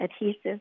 adhesive